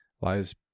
lies